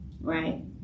right